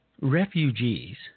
refugees